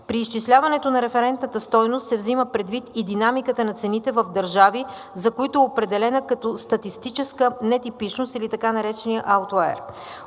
При изчисляването на референтната стойност се взима предвид и динамиката на цените в държави, за които е определена като статистическа нетипичност, или така наречения аутлаер.